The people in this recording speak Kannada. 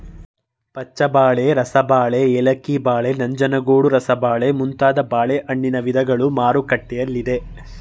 ಪಚ್ಚಬಾಳೆ, ರಸಬಾಳೆ, ಏಲಕ್ಕಿ ಬಾಳೆ, ನಂಜನಗೂಡು ರಸಬಾಳೆ ಮುಂತಾದ ಬಾಳೆಹಣ್ಣಿನ ವಿಧಗಳು ಮಾರುಕಟ್ಟೆಯಲ್ಲಿದೆ